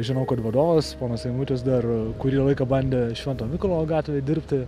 žinau kad vadovas ponas eimutis dar kurį laiką bandė švento mykolo gatvėj dirbti